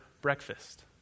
breakfast